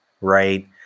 right